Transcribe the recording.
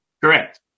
Correct